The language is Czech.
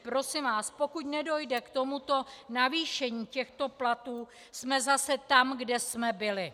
Prosím vás, pokud nedojde k tomuto navýšení těchto platů, jsme zase tam, kde jsme byli.